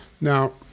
Now